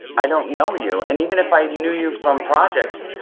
i don't know you and even if i knew you from projects,